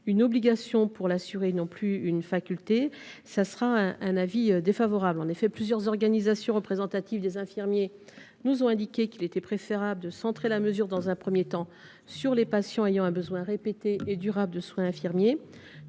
une obligation pour l’assuré, et non plus une faculté. Plusieurs organisations représentatives des infirmiers nous ont indiqué qu’il était préférable de centrer la mesure, dans un premier temps, sur les patients ayant un besoin répété et durable de soins infirmiers.